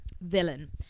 Villain